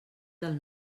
del